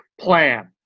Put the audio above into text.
plan